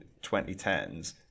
2010s